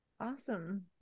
Awesome